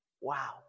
wow